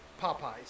Popeyes